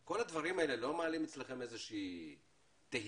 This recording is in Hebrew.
כל הדברים האלה לא מעלים אצלכם איזושהי תהייה